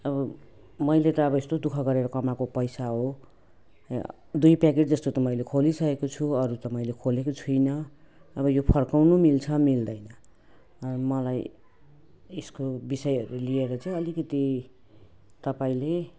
अब मैले त अब यस्तो दुःख गरेर कमाएको पैसा हो दुई प्याकेट जस्तो त मैले खोलिसकेको छु अरू त मैले खोलेको छुइनँ अब यो फर्काउनु मिल्छ मिल्दैन अब मलाई यसको विषयहरू लिएर चाहिँ अलिकति तपाईँले